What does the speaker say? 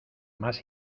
más